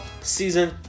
season